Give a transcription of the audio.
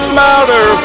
matter